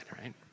right